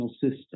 system